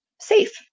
safe